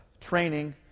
training